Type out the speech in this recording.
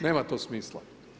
Nema to smisla.